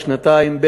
לא שנתיים,